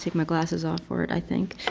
like my glasses off for it i think.